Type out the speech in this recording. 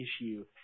issue